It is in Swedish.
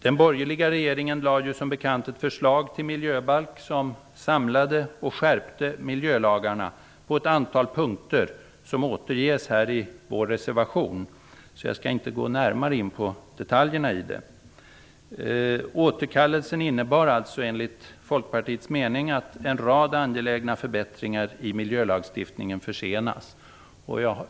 Den borgerliga regeringen lade som bekant fram ett förslag till miljöbalk som samlade och skärpte miljölagarna på ett antal punkter som återges i vår reservation. Därför skall jag inte närmare gå in på detaljerna. Återkallelsen innebär alltså enligt Folkpartiet att en rad angelägna förbättringar i miljölagstiftningen försenas.